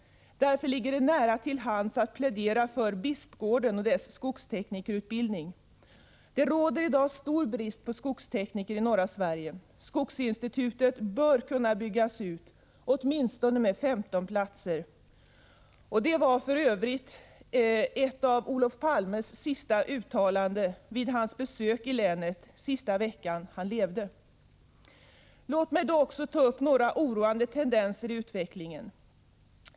Därför ligger det nära till hands att plädera för Bispgården och dess skogsteknikerutbildning. Det råder i dag stor brist på skogstekniker i norra Sverige. Skogsinstitutet bör kunna byggas ut med åtminstone 15 platser. Det var för övrigt ett av Olof Palmes sista uttalanden, vid hans besök i länet den sista veckan han levde. Låt mig också ta upp några oroande tendenser i utvecklingen.